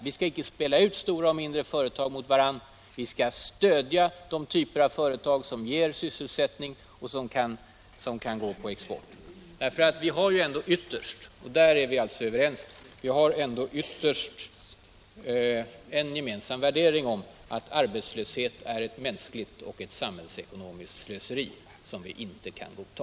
Vi skall inte spela ut mindre och stora företag mot varandra. Vi skall stödja de typer av företag som ger sysselsättning och som har betydelse för inte minst vår export. Vi har ändå den gemensamma värderingen att arbetslöshet är ett mänskligt och samhällsekonomiskt slöseri, som vi inte kan godta.